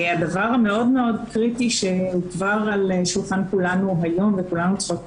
הדבר המאוד מאוד קריטי שהוא כבר על שולחן כולנו היום וכולנו צריכות